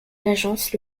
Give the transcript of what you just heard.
l’agence